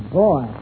boy